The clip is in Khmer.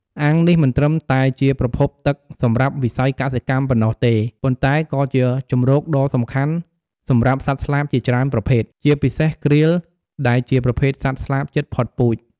អាងនេះមិនត្រឹមតែជាប្រភពទឹកសម្រាប់វិស័យកសិកម្មប៉ុណ្ណោះទេ ប៉ុន្តែក៏ជាជម្រកដ៏សំខាន់សម្រាប់សត្វស្លាបជាច្រើនប្រភេទ ជាពិសេស ក្រៀល ដែលជាប្រភេទសត្វស្លាបជិតផុតពូជ។